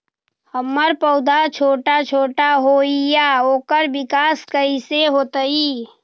हमर पौधा छोटा छोटा होईया ओकर विकास कईसे होतई?